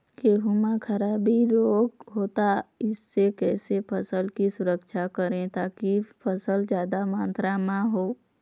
गेहूं म खराबी रोग होता इससे कैसे फसल की सुरक्षा करें ताकि फसल जादा मात्रा म हो?